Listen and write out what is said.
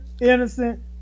innocent